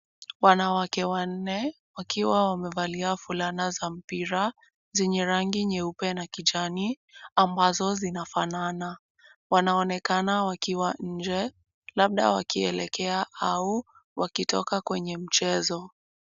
Wanawake wanne wakiwa wamevalia fulana za mpira zenye rangi nyeupe na kijani ambazo zinafanana. Wanaonekana wakiwa nje labda wakielekea au wakitoka kwenye mchezo.